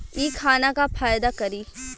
इ खाना का फायदा करी